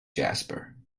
jasper